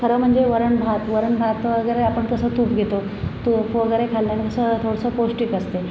खरं म्हणजे वरणभात वरणभात वगैरे आपण कसं तूप घेतो तूप वगैरे खाल्ल्यानं स थोडंसं पौष्टिक असते